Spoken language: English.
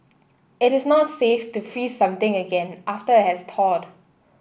it is not safe to freeze something again after it has thawed